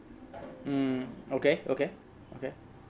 mm okay okay okay